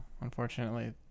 unfortunately